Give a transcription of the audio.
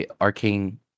arcane